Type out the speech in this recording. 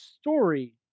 story